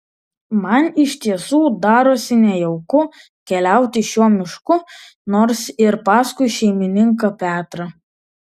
man iš tiesų darosi nejauku keliauti šiuo mišku nors ir paskui šeimininką petrą